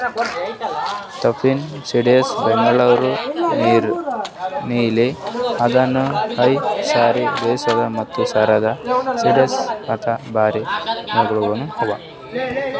Thompson seedless, Bengaluru ನೀಲಿ, ಅನಾಬ್ ಎ ಶಾಹಿ, ದಿಲ್ಖುಷ ಮತ್ತ Sharad seedless ಅಂತ್ ಬ್ಯಾರೆ ಆಂಗೂರಗೊಳ್ ಅವಾ